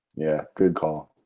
yeah good call.